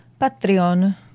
Patreon